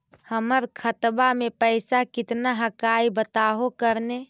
हमर खतवा में पैसा कितना हकाई बताहो करने?